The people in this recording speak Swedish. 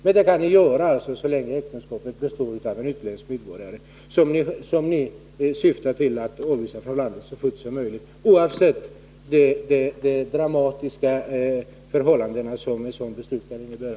Men så kan ni göra så länge det är fråga om en utländsk medborgare, som ni syftar till att avvisa från landet så fort som möjligt, oavsett de dramatiska förhållanden som ett sådant beslut kan innebära.